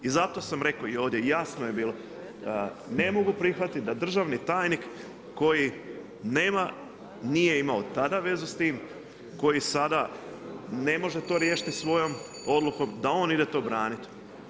I zato sam rekao i ovdje i jasno je bilo, ne mogu prihvatiti da državni tajnik koji nema, nije imao tada vezu s tim, koji sada ne može riješiti svojom odlukom, da on ide to braniti.